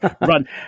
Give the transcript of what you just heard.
Run